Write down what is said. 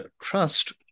trust